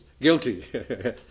guilty